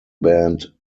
band